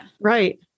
Right